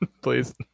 please